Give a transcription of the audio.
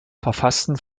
verfassten